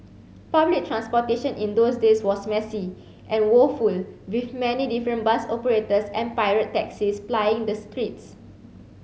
public transportation in those days was messy and woeful with many different bus operators and pirate taxis plying the streets